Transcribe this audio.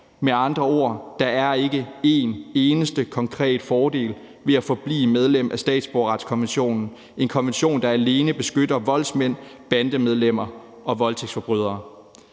Med andre ord er der ikke en eneste konkret fordel ved at forblive medlem af statsborgerretskonventionen – en konvention, der alene beskytter voldsmænd, bandemedlemmer og voldtægtsforbrydere.